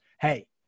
Hey